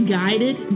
guided